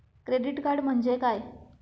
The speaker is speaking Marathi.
क्रेडिट कार्ड म्हणजे काय?